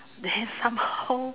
then somehow